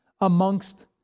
amongst